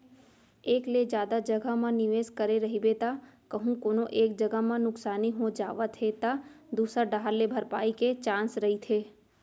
एक ले जादा जघा म निवेस करे रहिबे त कहूँ कोनो एक जगा म नुकसानी हो जावत हे त दूसर डाहर ले भरपाई के चांस रहिथे